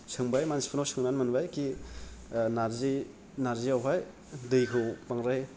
सोंबाय मानसिफोरनाव सोंनानै मोनबाय खि नारजि नारजिआवहाय दैखौ बांद्राय